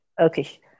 Okay